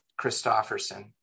Christofferson